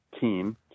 team